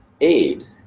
aid